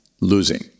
losing